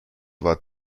war